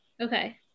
Okay